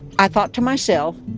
i thought to myself,